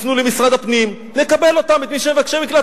יפנו למשרד הפנים, נקבל את מי שהם מבקשי מקלט.